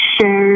share